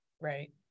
right